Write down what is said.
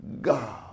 God